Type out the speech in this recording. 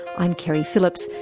i'm keri phillips,